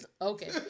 Okay